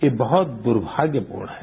ये बहुत दुर्भाग्यपूर्ण है